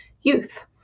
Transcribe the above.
youth